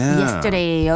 yesterday